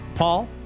Paul